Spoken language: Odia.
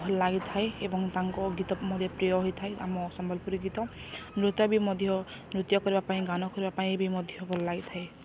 ଭଲ ଲାଗିଥାଏ ଏବଂ ତାଙ୍କ ଗୀତ ମଧ୍ୟ ପ୍ରିୟ ହୋଇଥାଏ ଆମ ସମ୍ବଲପୁରୀ ଗୀତ ନୃତ୍ୟ ବି ମଧ୍ୟ ନୃତ୍ୟ କରିବା ପାଇଁ ଗାନ କରିବା ପାଇଁ ବି ମଧ୍ୟ ଭଲ ଲାଗିଥାଏ